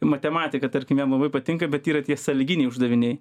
matematika tarkim jam labai patinka bet yra tie sąlyginiai uždaviniai